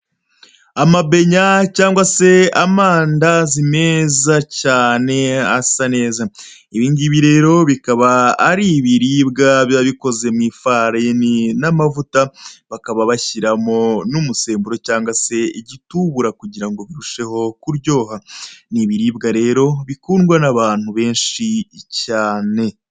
Amabenya cyangwa se amandazi meza cyane asa neza, ibingibi rero bikaba ari ibiribwa biba bikoze mu ifarini n'amavuta, bakaba bashyiramo n'umusemburo cyangwa se igitubura kugira ngo birusheho kuryoha, Ni ibiribwa rero bikundwa n'abantu benshi cyane